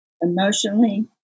emotionally